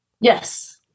Yes